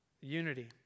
unity